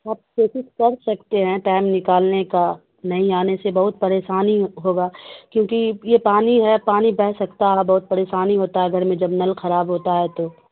آپ کوشش کر سکتے ہیں ٹائم نکالنے کا نہیں آنے سے بہت پریشانی ہوگا کیونکہ یہ پانی ہے پانی بہہ سکتا ہے اور بہت پریشانی ہوتا ہے گھر میں جب نل خراب ہوتا ہے تو